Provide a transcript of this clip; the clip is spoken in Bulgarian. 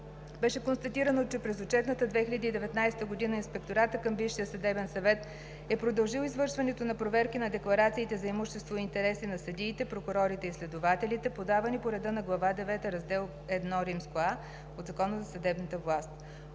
Беше констатирано, че през отчетната 2019 г. Инспекторатът към Висшия съдебен съвет е продължил извършването на проверки на декларациите за имущество и интереси на съдиите, прокурорите и следователите, подавани по реда на Глава девета, Раздел Iа от Закона за съдебната власт.